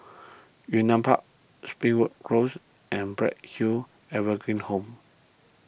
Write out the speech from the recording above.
Yunnan Park Springwood Close and Bright Hill Evergreen Home